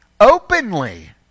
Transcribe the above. openly